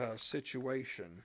situation